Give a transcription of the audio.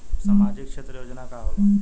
सामाजिक क्षेत्र योजना का होला?